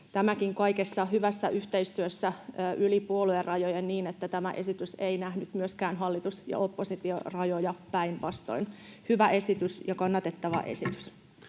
Tämäkin kaikessa hyvässä yhteistyössä yli puoluerajojen niin, että tämä esitys ei nähnyt myöskään hallitus- ja oppositiorajoja, päinvastoin. Hyvä esitys ja kannatettava esitys.